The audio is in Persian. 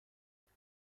بنظر